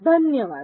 धन्यवाद